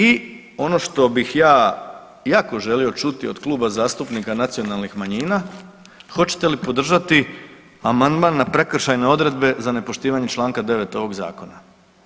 I ono što bih ja jako želio čuti od Kluba zastupnika Nacionalnih manjina, hoćete li podržati amandman na prekršajne odredbe za nepoštivanje čl. 9. ovog zakona?